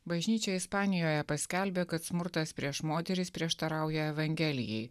bažnyčia ispanijoje paskelbė kad smurtas prieš moteris prieštarauja evangelijai